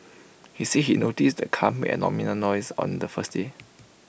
he said he noticed the car made abnormal noises on the first day